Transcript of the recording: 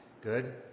Good